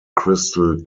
crystal